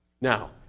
Now